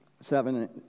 seven